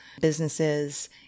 businesses